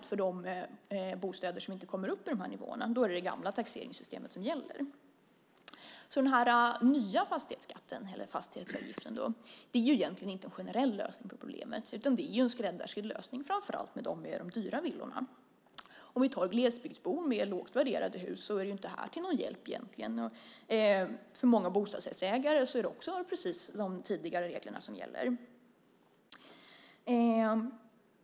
För de bostäder som inte kommer upp i de här nivåerna gäller däremot det gamla taxeringssystemet. Den nya fastighetsavgiften är därför egentligen inte någon generell lösning på problemet, utan en skräddarsydd lösning för framför allt dem med de dyra villorna. För till exempel glesbygdsbor med lågt värderade hus är det här egentligen inte till någon hjälp. För många bostadsrättsägare är det också de tidigare reglerna som gäller.